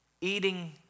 eating